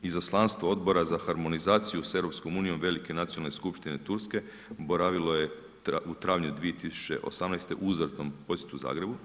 Izaslanstvo Odbora za harmonizaciju sa EU velike nacionalne skupštine Turske boravilo je u travnju 2018. u uzvratnom posjetu Zagrebu.